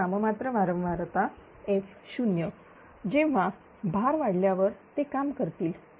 ही नाम मात्र वारंवारता f0 जेव्हा भार वाढल्यावर ते काम करतील